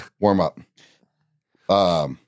warm-up